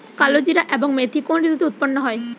কালোজিরা এবং মেথি কোন ঋতুতে উৎপন্ন হয়?